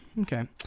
Okay